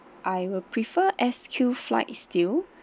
I will prefer S Q flight still